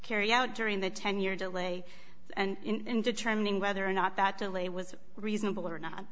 carry out during the ten year delay and determining whether or not that delay was reasonable or not